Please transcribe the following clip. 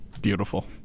Beautiful